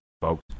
folks